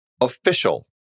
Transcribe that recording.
official